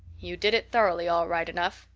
you did it thoroughly, all right enough,